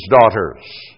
daughters